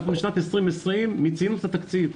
בשנת 2020 מיצינו את התקציב.